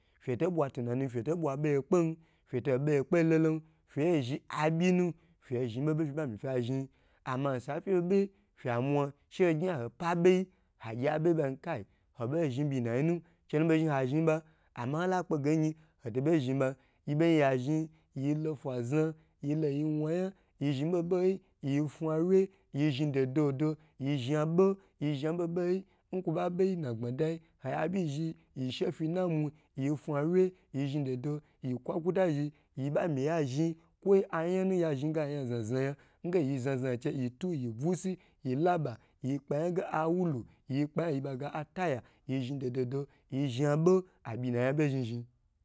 Fyuto bwa tunanun feto bwa beye kpen feto buyekpe lolon fe zhi abyi nu fyezhi boboyi fe ba mi fye zhn ama osa fyebe fyemwa hagye hogyn ho pa bye yi hagye hobo zhn byinayi nu che nubo zhi ha zhn ba ama hola pkegeyi hoto bon zhn ban yiben ya zhn yilo fazo yelo yiwayan yi zhi boboyi yi fyawye yi zhn dododo yi zha bo yi zha boboyo nkwoba beyi nagbmadayi ahe abyi zhi ba she fi namu yi fawye yi zhi dodo yi kwakuta zhi yi ba mi ya zhn ko ayanu yazhn ge yi zhn ayan zna zna yan yi zna zna chei yi tu yi busi yilaba yi kpayage awulu, yi kpa yan ge ataya yi zhn dododo yi zhabo omo abo mami nkni yen nkwo gyn oyi kni kwo gyn yayi sha mami yisi oya za kwoi oya zakwo bata gbma bo ag ajen, oya zakwo ba zan yan yin ba zabwa ba zan yan yin ba za bwa milaka mi ba yan nya ar mibe mila mwa gni yin mila yinkwo oya za bata gbmabojen, oya za bayena zhibeyinu oya za yito zhi oyi gbayyi yi ye na zhn beyi nyaba yitaye ge oyizhn gbay za ya yan azhi beyi yan yiyu babe yaba kuba sase yi yita zhn aza nukwoyi, yi ye zhi bieyi she yiye yiyin yiye zankwo chi sheye ye yiyin, kwo ho zhn jei za kwo ho zhn ibo kwo ho zhn yerbawa kwo ho zhn baushe yiye ho gbaiza wo ye ho n nabayi habe ha sase nwaba haknusu nwoi yeta yi nabayige ya zhi za bonu kwoyin oya bo zhn zhn yi zhn boboyi nda gbma